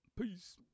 Peace